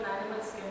animals